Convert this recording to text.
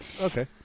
Okay